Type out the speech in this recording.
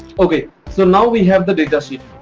ok so now we have the datasheet.